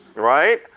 right?